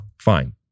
fine